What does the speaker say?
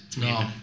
no